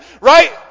right